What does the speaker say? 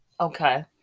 Okay